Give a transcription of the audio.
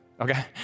Okay